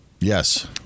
Yes